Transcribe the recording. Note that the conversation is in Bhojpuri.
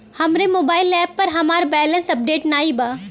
हमरे मोबाइल एप पर हमार बैलैंस अपडेट नाई बा